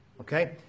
Okay